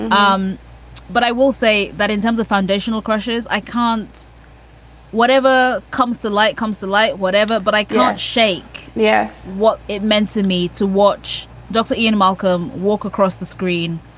um but i will say that in terms of foundational crushes, i can't whatever comes to light, comes to light, whatever. but i got shake. yes. what it meant to me to watch dr. ian malcolm walk across the screen,